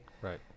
Right